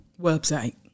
website